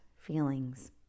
feelings